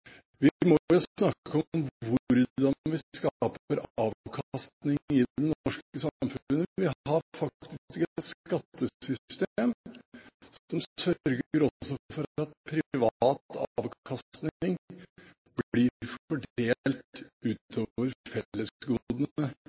Vi må jo snakke om hvordan vi skaper avkastning i det norske samfunnet. Vi har et skattesystem som sørger for at også privat avkastning blir fordelt utover fellesgodene.